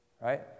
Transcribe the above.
right